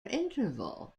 interval